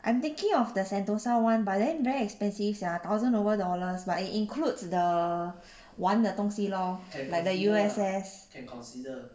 I'm thinking of the sentosa [one] but then very expensive sia thousand over dollars but it includes the 玩的东西 lor like the U_S_S